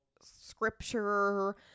scripture